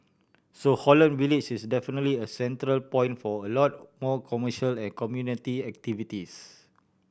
so Holland Village is definitely a central point for a lot more commercial and community activities